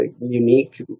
unique